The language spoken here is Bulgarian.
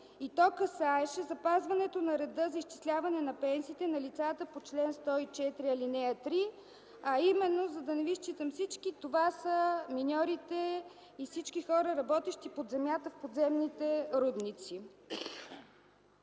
касаеше запазването на реда за изчисляване на пенсиите на лицата по чл. 104, ал. 3. За да не ги изчитам всички, това са миньорите и всички хора, работещи под земята – в подземните рудници.